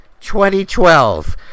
2012